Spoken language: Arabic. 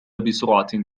بسرعة